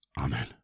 Amen